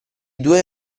due